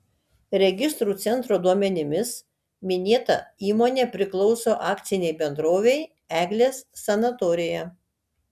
registrų centro duomenimis minėta įmonė priklauso akcinei bendrovei eglės sanatorija